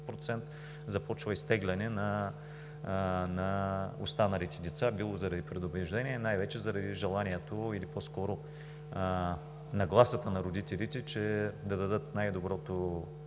процент, започва изтегляне на останалите деца било заради предубеждения и най-вече заради желанието, или по-скоро нагласата на родителите да дадат най-доброто